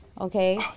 Okay